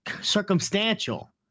circumstantial